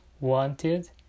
wanted